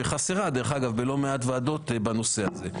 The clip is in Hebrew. שחסרה דרך אגב בלא מעט ועדות בנושא הזה.